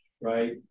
right